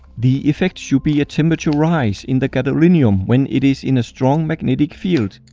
the effect should be a temperature rise in the gadolinium when it is in a strong magnetic field.